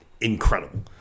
Incredible